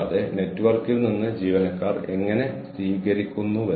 കൂടാതെ ഇവ മൂന്നും പരസ്പരം ബന്ധപ്പെട്ടിരിക്കുന്നു